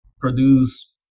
produce